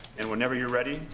and whenever you're ready,